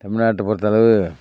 தமிழ்நாட்டை பொறுத்தளவு